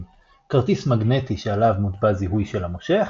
כרטיס מגנטי שעליו מוטבע זיהוי של המושך,